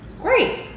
Great